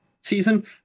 season